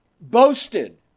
boasted